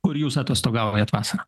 kur jūs atostogaujat vasarą